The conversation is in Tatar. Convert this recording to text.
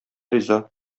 риза